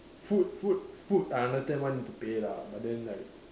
food food food I understand why need to pay lah but then like